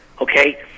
Okay